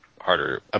harder –